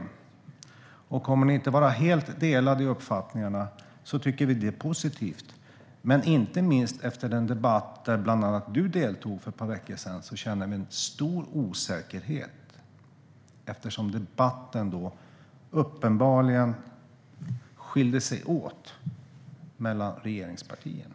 Om ni inte kommer att ha helt skilda uppfattningar tycker vi att det är positivt. Men vi känner en stor osäkerhet inte minst efter den debatt där bland andra Annika Hirvonen Falk deltog för ett par veckor sedan, eftersom det då uppenbart skilde sig åt mellan regeringspartierna.